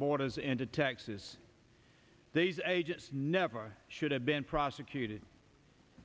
borders into texas these agents never should have been prosecuted